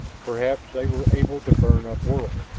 perhaps they were able to burn up worlds!